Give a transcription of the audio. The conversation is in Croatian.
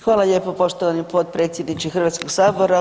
Hvala lijepo poštovani potpredsjedniče Hrvatskog sabora.